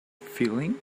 feeling